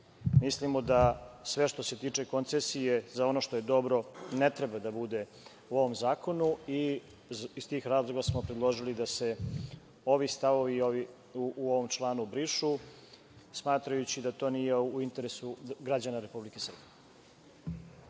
građana. Mislimo da sve što se tiče koncesije, za ono što je dobro, ne treba da bude u ovom zakonu i iz tih razloga smo predložili da se ovi stavovi u ovom članu brišu, smatrajući da to nije u interesu građana Republike Srbije.